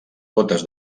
gotes